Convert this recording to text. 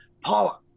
paula